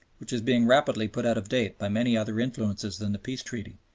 which is being rapidly put out of date by many other influences than the peace treaty,